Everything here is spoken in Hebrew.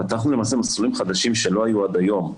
פתחנו למעשה מסלולים חדשים שלא היו עד היום.